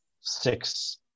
six